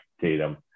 Tatum